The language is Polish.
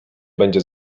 będzie